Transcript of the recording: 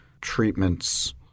treatments